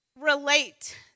relate